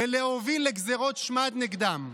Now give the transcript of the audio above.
ולהוביל לגזרות שמד נגדם.